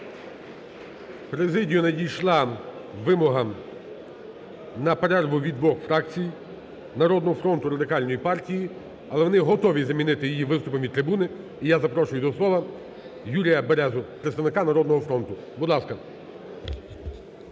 президію надійшла вимога на перерву від двох фракцій: "Народного фронту" і Радикальної партії. Але вони готові замінити її виступом від трибуни. І я запрошую до слова Юрія Березу, представника "Народного фронту". Будь ласка.